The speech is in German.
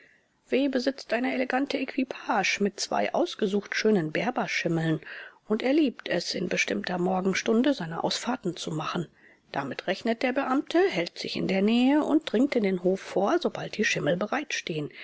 w besitzt eine elegante equipage mit zwei ausgesucht schönen berberschimmeln und er liebt es in bestimmter morgenstunde seine ausfahrten zu machen damit rechnet der beamte hält sich in der nähe und dringt in den hof vor sobald die schimmel bereitstehen